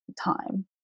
time